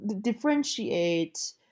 differentiate